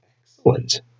excellent